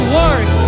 work